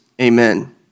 Amen